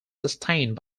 sustained